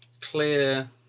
clear